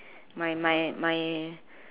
my my my